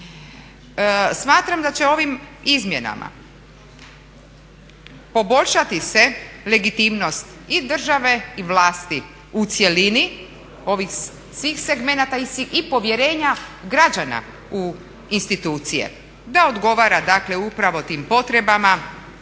Smatram da će ovim izmjenama poboljšati se legitimnost i države i vlasti u cjelini, ovih svih segmenata i povjerenja građana u institucije. Da odgovara dakle upravo tim potrebama,